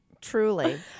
Truly